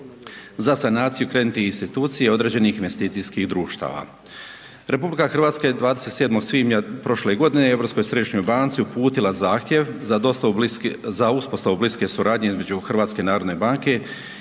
za sanaciju kreditnih institucija i određenih investicijskih društava. RH je 27. svibnja prošle godine Europskoj središnjoj banci uputila zahtjev za uspostavu bliske suradnje između HNB-a i Europske